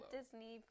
Disney